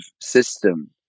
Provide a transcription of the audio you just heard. system